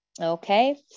Okay